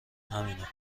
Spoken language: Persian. همینه